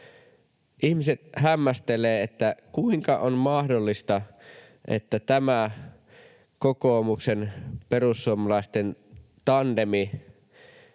Ihmiset hämmästelevät, kuinka on mahdollista, että tämä kokoomuksen ja perussuomalaisten tandem,